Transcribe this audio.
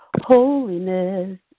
Holiness